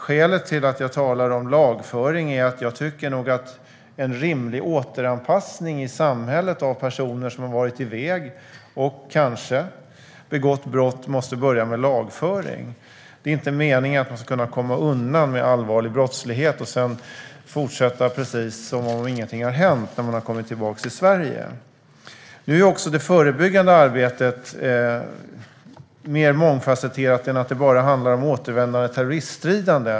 Skälet till att jag talar om lagföring är att jag nog tycker att en rimlig återanpassning i samhället av personer som har varit iväg och kanske begått brott måste börja med lagföring. Det är inte meningen att man ska kunna komma undan med allvarlig brottslighet och sedan fortsätta precis som om ingenting har hänt när man har kommit tillbaka till Sverige. Nu är också det förebyggande arbetet mer mångfasetterat än att det bara handlar om återvändande terroriststridande.